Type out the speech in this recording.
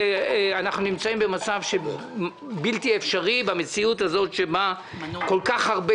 אנחנו נמצאים במצב בלתי אפשרי במציאות הזאת שבה כל כך הרבה